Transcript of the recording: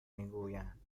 میگویند